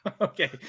Okay